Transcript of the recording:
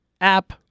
app